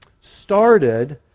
started